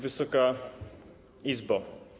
Wysoka Izbo!